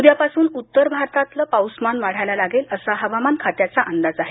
उद्यापासून उत्तर भारताताल पाऊसमान वाढायला लागेल असा हवामान खात्याचा अंदाज आहे